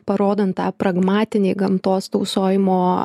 parodant tą pragmatinį gamtos tausojimo